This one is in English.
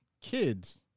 kids